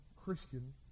Christian